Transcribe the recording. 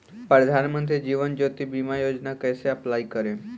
प्रधानमंत्री जीवन ज्योति बीमा योजना कैसे अप्लाई करेम?